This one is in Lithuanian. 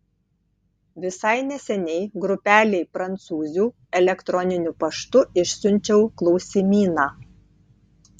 visai neseniai grupelei prancūzių elektroniniu paštu išsiunčiau klausimyną